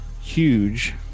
huge